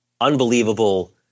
unbelievable